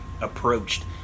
approached